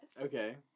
Okay